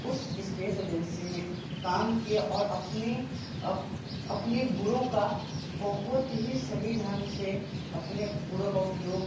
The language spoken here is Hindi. उस स्पेस एजेंसी में काम किए और अपनी अपनी गुणों का बहुत ही सही ढंग से अपने गुणों का उपयोग